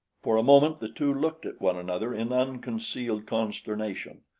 for a moment the two looked at one another in unconcealed consternation,